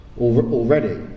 already